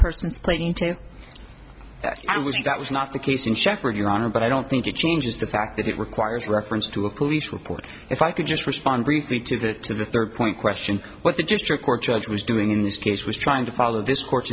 person's planing to that was not the case in shepherd your honor but i don't think it changes the fact that it requires reference to a police report if i could just respond briefly to the to the third point question what the district court judge was doing in this case was trying to follow this cour